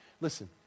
Listen